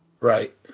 Right